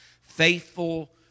faithful